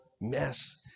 mess